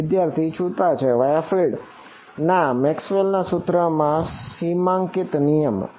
વિદ્યાર્થી છુટા છવાયા ફિલ્ડ ના મેક્સવેલ ના સૂત્ર માં સીમાંકિત નિયમો